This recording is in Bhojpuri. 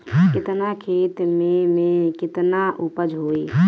केतना खेत में में केतना उपज होई?